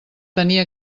tenia